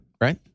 right